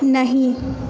नहि